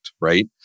right